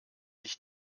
ich